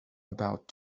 about